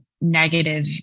negative